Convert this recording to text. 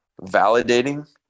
validating